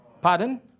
Pardon